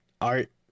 art